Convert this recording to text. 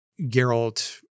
Geralt